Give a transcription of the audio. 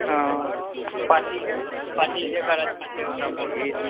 हँ party party जकर अच्छा छै ओकरा वोट देबय